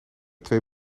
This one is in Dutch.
twee